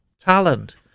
talent